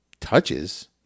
touches